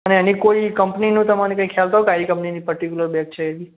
અને એની કોઈ કંપનીનો તમોને કંઇ ખ્યાલ ખરો કે કઇ કંપનીની પર્ટિક્યુલર બેગ છે એવી